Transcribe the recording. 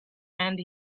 and